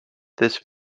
this